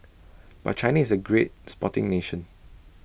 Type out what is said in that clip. but China is A great sporting nation